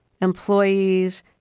employees